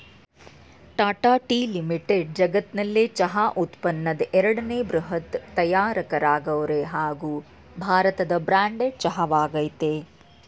Tata tea limited ಜಗತ್ನಲ್ಲೆ ಚಹಾ ಉತ್ಪನ್ನದ್ ಎರಡನೇ ಬೃಹತ್ ತಯಾರಕರಾಗವ್ರೆ ಹಾಗೂ ಭಾರತದ ಬ್ರ್ಯಾಂಡೆಡ್ ಚಹಾ ವಾಗಯ್ತೆ